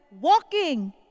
walking